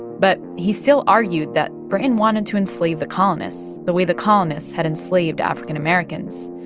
but he still argued that britain wanted to enslave the colonists the way the colonists had enslaved african-americans.